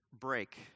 break